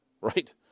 Right